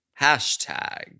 Hashtag